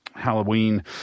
Halloween